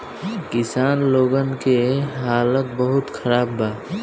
किसान लोगन के हालात बहुत खराब बा